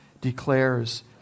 declares